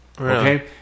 Okay